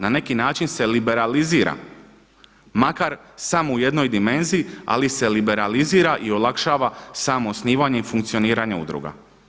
Na neki način se liberalizira, makar samo u jednoj dimenziji, ali se liberalizira i olakšava samo osnivanje i funkcioniranje udruga.